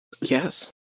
yes